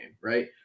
right